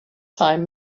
time